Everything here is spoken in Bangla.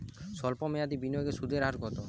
সল্প মেয়াদি বিনিয়োগে সুদের হার কত?